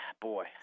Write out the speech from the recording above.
boy